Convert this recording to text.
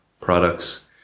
products